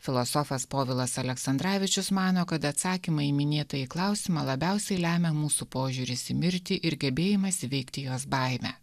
filosofas povilas aleksandravičius mano kad atsakymą į minėtąjį klausimą labiausiai lemia mūsų požiūris į mirtį ir gebėjimas įveikti jos baimę